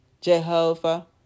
Jehovah